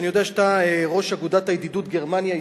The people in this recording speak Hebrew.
אני יודע שאתה ראש אגודת הידידות גרמניה ישראל.